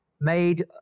made